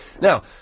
Now